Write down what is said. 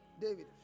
David